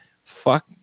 fuck